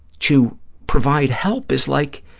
to provide help is like